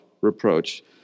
reproach